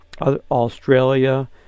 Australia